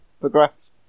progress